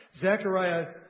Zechariah